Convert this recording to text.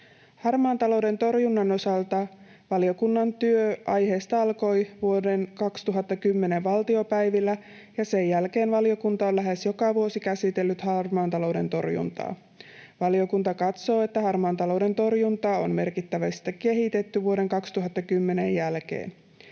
Harmaan talouden torjunnan osalta valiokunnan työ aiheesta alkoi vuoden 2010 valtiopäivillä, ja sen jälkeen valiokunta on lähes joka vuosi käsitellyt harmaan talouden torjuntaa. Valiokunta katsoo, että harmaan talouden torjuntaa on merkittävästi kehitetty vuoden 2010 jälkeen.